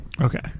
Okay